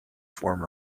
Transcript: form